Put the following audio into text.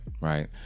right